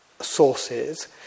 sources